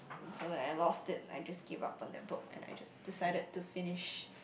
so when I lost it I just give up on that book and I just decided to finish